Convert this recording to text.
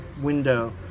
window